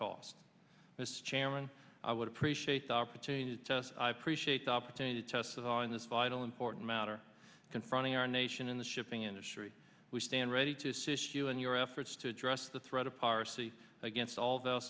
mr chairman i would appreciate the opportunity to test i appreciate the opportunity to test that on this vital important matter confronting our nation in the shipping industry we stand ready to assist you in your efforts to address the threat of piracy against all th